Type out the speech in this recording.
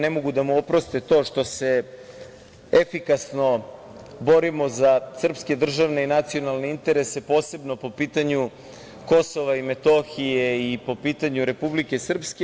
Ne mogu da mu oproste to što se efikasno borimo za srpske državne i nacionalne interese, posebno po pitanju Kosova i Metohije i po pitanju Republike Srpske.